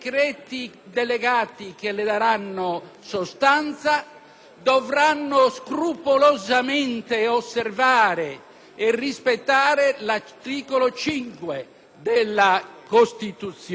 dovranno scrupolosamente osservare e rispettare l'articolo 5 della Costituzione: l'unità e la indivisibilità